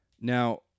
Now